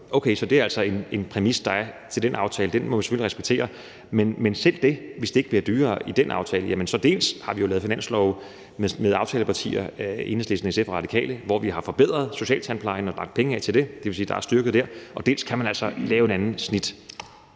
Okay, så det er altså en præmis, der er i den aftale. Den må vi selvfølgelig respektere. Men selv hvis det ikke blive dyrere i den aftale, jamen så har vi dels lavet finanslove med aftalepartierne Enhedslisten, SF og Radikale, hvor vi har forbedret socialtandplejen og sat penge af til det – det vil sige, at det er styrket der – dels kan man altså lave et andet snit.